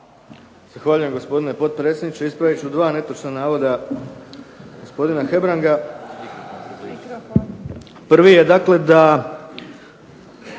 Zahvaljujem gospodine potpredsjedniče. Pa ispravljam netočan navoda gospodina Linića koji je rekao da